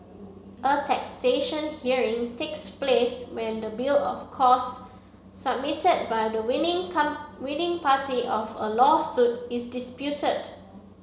a taxation hearing takes place when the bill of costs submitted by the winning come winning party of a lawsuit is disputed